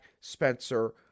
Spencer